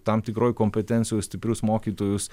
tam tikroj kompetencijoj stiprius mokytojus